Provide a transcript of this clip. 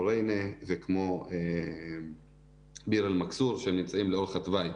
ריינה וביר אל מכסור שנמצאים לאורך התוואי.